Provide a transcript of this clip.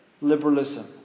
liberalism